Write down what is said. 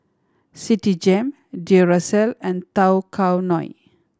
Citigem Duracell and Tao Kae Noi